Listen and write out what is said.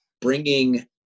bringing